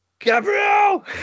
Gabriel